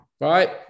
right